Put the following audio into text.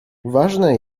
ważne